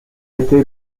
été